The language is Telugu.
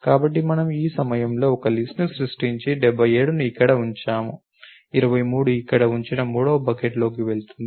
కాబట్టి మనము ఈ సమయంలో ఒక లిస్ట్ ను సృష్టించి 77ని ఇక్కడ ఉంచాము 23 ఇక్కడ ఉంచిన మూడవ బకెట్లోకి వెళ్తుంది